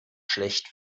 schlecht